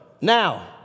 Now